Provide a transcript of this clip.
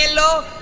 ah no,